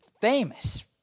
famous